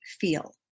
feel